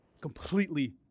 completely